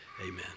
Amen